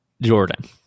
Jordan